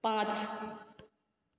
पांच